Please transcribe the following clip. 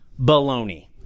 Baloney